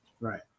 Right